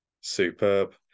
superb